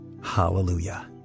Hallelujah